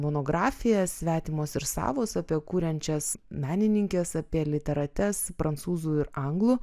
monografiją svetimos ir savos apie kuriančias menininkes apie literates prancūzų ir anglų